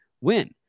win